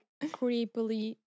creepily